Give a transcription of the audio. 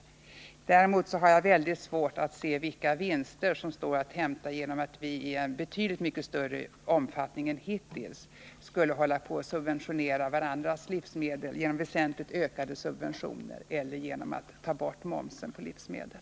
Däremot har jag mycket svårt att se vilka vinster som står att hämta genom att vi i betydligt mycket större omfattning än hittills skulle subventionera varandras livsmedel genom väsentligt ökade subventioner eller genom att ta bort momsen på livsmedel.